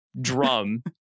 drum